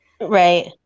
Right